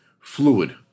fluid